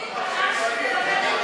אופיר, שתלמד את,